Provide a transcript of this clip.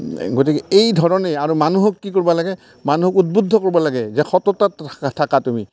গতিকে এইধৰণে আৰু মানুহক কি কৰিব লাগে মানুহক উদ্বোদ্ধ কৰিব লাগে যে সততাত থাকা তুমি